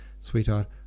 Sweetheart